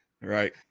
Right